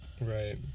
Right